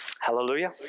hallelujah